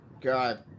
God